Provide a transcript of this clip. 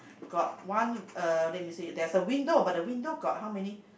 got one uh let me see there is a window but the window got how many